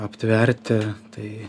aptverti tai